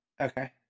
Okay